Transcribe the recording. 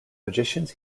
magicians